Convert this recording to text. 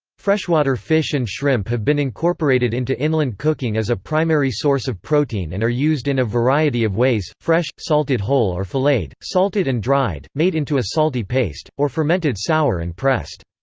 freshwater fish and shrimp have been incorporated into inland cooking as a primary source of protein and are used in a variety of ways, fresh, salted whole or filleted, salted and dried, made into a salty paste, or fermented sour and pressed.